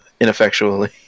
ineffectually